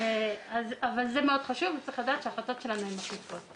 האחת, כי עם קופות החולים יש שיתוף פעולה נהדר.